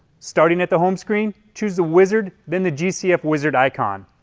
starting at the home screen, choose the wizard, then the gcf wizard icon.